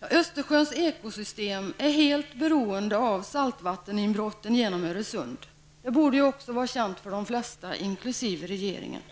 Östersjöns ekosystem är helt beroende av saltvatteninbrotten genom Öresund. Det borde vara känt för de flesta, inkl. regeringen.